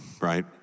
right